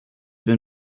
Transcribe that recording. been